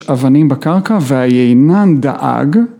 ‫אבנים בקרקע... והיינן דאג